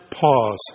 pause